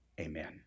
amen